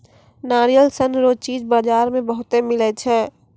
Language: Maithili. नारियल सन रो चीज बजार मे बहुते मिलै छै